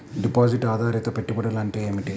Deposit ఆధారిత పెట్టుబడులు అంటే ఏమిటి?